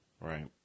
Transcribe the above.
Right